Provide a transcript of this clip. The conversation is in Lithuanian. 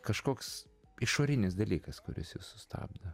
kažkoks išorinis dalykas kuris jus sustabdo